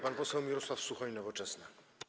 Pan poseł Mirosław Suchoń, Nowoczesna.